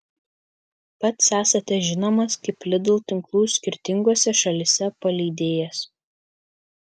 pats esate žinomas kaip lidl tinklų skirtingose šalyse paleidėjas